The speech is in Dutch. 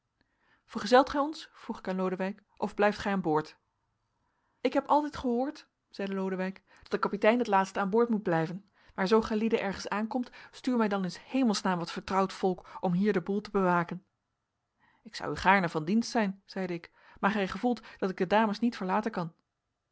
vergezelt gij ons vroeg ik aan lodewijk of blijft gij aan boord ik heb altijd gehoord zeide lodewijk dat de kapitein het laatst aan boord moet blijven maar zoo gijlieden ergens aankomt stuur mij dan in s hemels naam wat vertrouwd volk om hier den boel te bewaken ik zou u gaarne van dienst zijn zeide ik maar gij gevoelt dat ik de dames niet verlaten kan